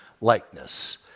likeness